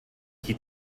qui